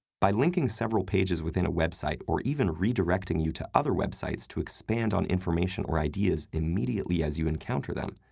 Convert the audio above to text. by linking several pages within a website or even redirecting you to other websites to expand on information or ideas immediately as you encounter them,